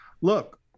look